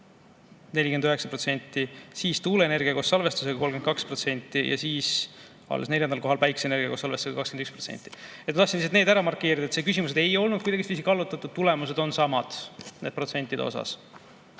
49%, siis tuuleenergia koos salvestusega – 32% ja alles neljandal kohal päikeseenergia koos salvestusega – 21%. Ma tahtsin lihtsalt need ära markeerida, et need küsimused ei olnud kuidagi kallutatud, tulemused on samad protsentide osas.